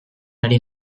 ari